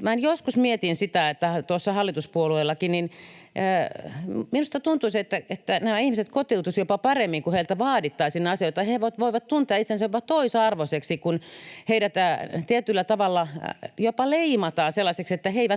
Minä joskus mietin — tuossa hallituspuolueiltakin — että minusta tuntuisi, että nämä ihmiset kotiutuisivat jopa paremmin, kun heiltä vaadittaisiin asioita. He voivat tuntea itsensä jopa toisarvoisiksi, kun heidät tietyllä tavalla jopa leimataan sellaisiksi, että he eivät